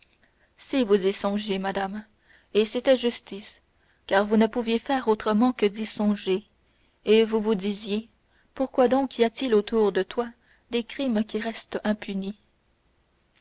si vous y songiez madame et c'était justice car vous ne pouviez faire autrement que d'y songer et vous vous disiez tout bas toi qui poursuis le crime réponds pourquoi donc y a-t-il autour de toi des crimes qui restent impunis